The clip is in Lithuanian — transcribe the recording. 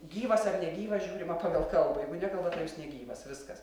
gyvas ar negyvas žiūrima pagal kalbą jeigu nekalba tai jis negyvas viskas